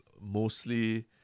mostly